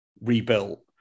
rebuilt